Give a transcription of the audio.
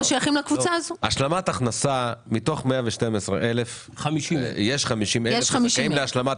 מתוך ה-112,000 יש 50,000 שזכאים להשלמת